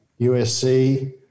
USC